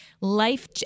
life